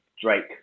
Drake